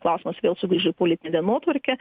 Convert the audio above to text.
klausimas vėl sugrįžo į politinę dienotvarkę